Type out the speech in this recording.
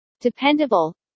dependable